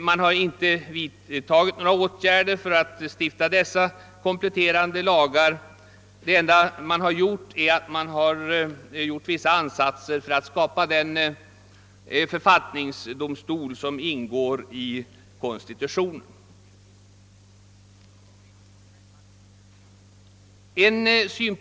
Man har inte vidtagit några åtgärder för att stifta dessa kompletterande lagar; man har endast gjort vissa ansatser för att skapa den förvaltningsdomstol som ingår i konstitutionen.